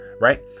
right